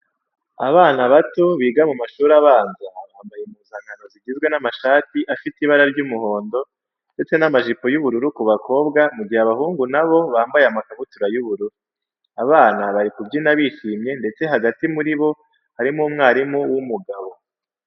Abana bato biga mu mashutri abanza bambaye impuzankano zigizwe n'amashati afite ibara ry'umuhondo ndetse n'amajipo y'ubururu ku bakobwa mu gihe abahungu na bo bamabye amakabutura y'ubururu. Abana bari kubyina bishimye ndetse hagati muri bo harimo umwarimu w'umugabo.